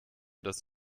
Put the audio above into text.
dass